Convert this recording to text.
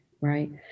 right